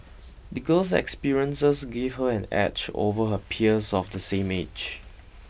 the girl's experiences gave her an edge over her peers of the same age